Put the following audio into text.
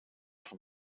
voor